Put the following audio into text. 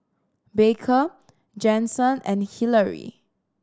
Baker Jensen and Hillary